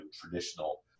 traditional